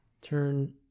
turn